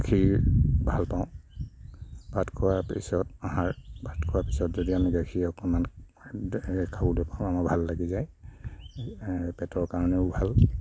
গাখীৰ ভালপাওঁ ভাত খোৱা পিছত আহাৰ ভাত খোৱা পিছত যদি আমি গাখীৰ অকণমান খাবলৈ পাওঁ আমাৰ ভাল লাগি যায় পেটৰ কাৰণেও ভাল